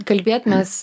kalbėti mes